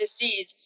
disease